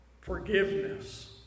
Forgiveness